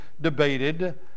debated